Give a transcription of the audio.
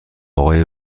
آقای